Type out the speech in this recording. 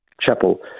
chapel